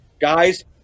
Guys